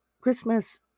Christmas